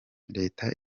leta